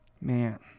Man